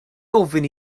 ofyn